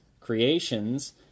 creations